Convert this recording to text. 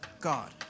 God